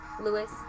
Lewis